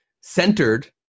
centered